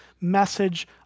message